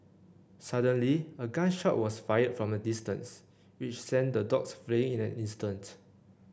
suddenly a gun shot was fired from a distance which sent the dogs fleeing in an instant